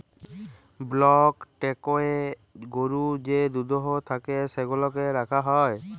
block ট্যাংকয়ে গরুর যে দুহুদ থ্যাকে সেগলা রাখা হ্যয়